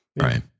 Right